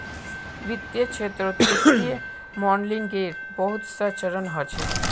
वित्तीय क्षेत्रत वित्तीय मॉडलिंगेर बहुत स चरण ह छेक